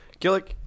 Gillick